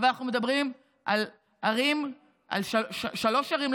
אנחנו מדברים על שלוש ערים,